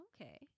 Okay